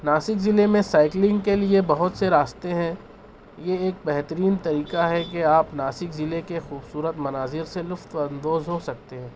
ناسک ضلعے میں سائیکلنگ کے لیے بہت سے راستے ہیں یہ ایک بہترین طریقہ ہے کہ آپ ناسک ضلعے کے خوبصورت مناظر سے لطف اندوز ہو سکتے ہیں